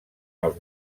els